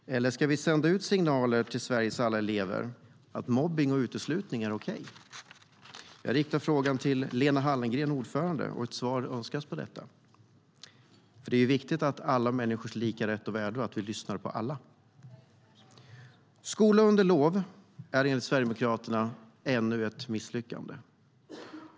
Eller ska vi sända ut signalen till Sveriges alla elever att mobbning och uteslutning är okej? Jag riktar frågan till ordförande Lena Hallengren, och ett svar önskas. Det är nämligen viktigt att se alla människors lika rätt och värde och att vi lyssnar på alla. Skola under lov är enligt Sverigedemokraterna ännu ett misslyckande.